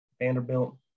Vanderbilt